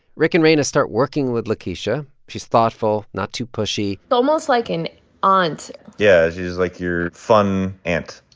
rick and reina start working with lakeisha. she's thoughtful, not too pushy almost like an aunt yeah. she's, like, your fun aunt,